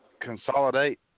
consolidate